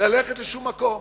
ללכת לשום מקום.